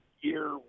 year